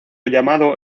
llamado